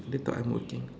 they thought I'm working